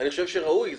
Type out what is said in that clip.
אני חושב שכך ראוי,